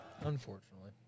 Unfortunately